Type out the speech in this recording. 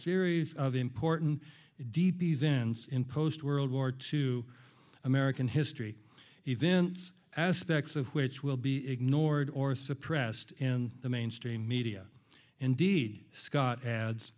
series of important indeed the events in post world war two american history events aspects of which will be ignored or suppressed in the mainstream media indeed scott ad